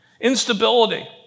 instability